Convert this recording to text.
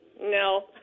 no